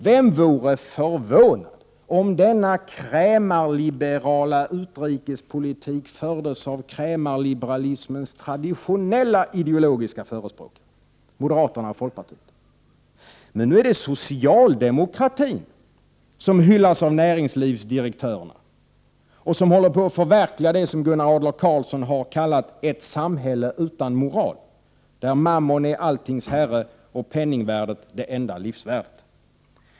Vem vore förvånad om denna krämarliberala utrikespolitik fördes av krämarliberalismens traditionella ideologiska förespråkare — moderaterna och folkpartiet? Men nu är det socialdemokratin som hyllas av näringslivsdirektörer och som håller på att förverkliga det som Gunnar Adler Karlsson kallat ”ett samhälle utan moral” där Mammon är alltings herre och penningvärdet det enda livsvärdet.